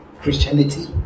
Christianity